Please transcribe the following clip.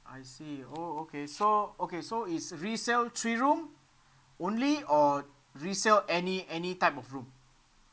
I see oh okay so okay so is resale three room only or resale any any type of room